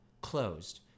closed